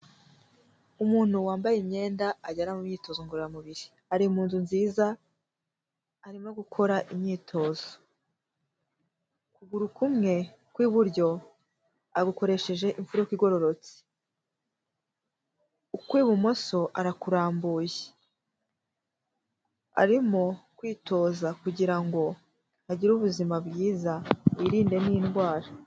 Umuntu wambaye imyenda ajyana mu myitozo ngororamubiri, ari mu nzu nziza arimo gukora imyitozo, ukuguru kumwe ku iburyo agukoresheje imfuruka igororotse, uk'ibumoso arakurambuye, arimo kwitoza kugira ngo agire bwiza yirinde n'indwara.